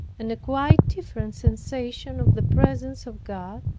and a quite different sensation of the presence of god.